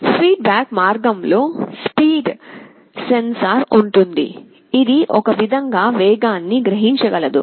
feed back మార్గంలో speed sensor ఉంటుంది ఇది ఒక విధంగా వేగాన్ని గ్రహించగలదు